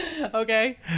okay